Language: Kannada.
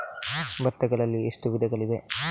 ಭತ್ತಗಳಲ್ಲಿ ಎಷ್ಟು ವಿಧಗಳಿವೆ?